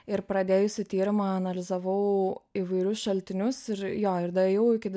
ir pradėjusi tyrimą analizavau įvairius šaltinius ir jo ir daėjau iki